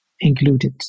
included